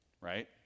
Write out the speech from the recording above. right